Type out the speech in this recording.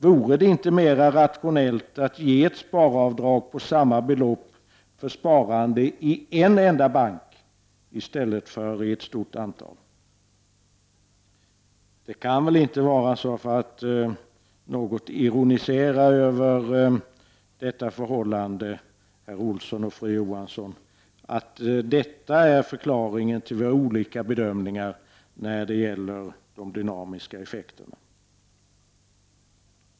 Vore det inte mera rationellt att ge ett sparavdrag på samma belopp för sparande i en enda bank i stället för i ett stort antal? Det kan väl inte vara så — för att något ironisera över detta förhållande — att detta, herr Olsson och fru Johansson, är förklaringen till våra olika bedömningar när det gäller de dynamiska effekterna?